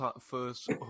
first